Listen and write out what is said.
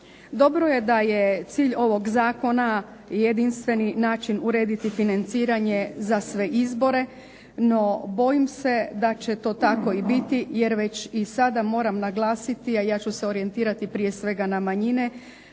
Dobro je da je cilj ovog zakona na jedinstveni način urediti financiranje za sve izbore. No, bojim se da će to tako i biti jer već i sada moram naglasiti, a ja ću se orijentirati prije svega na manjine,